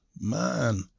man